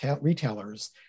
retailers